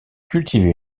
cultivait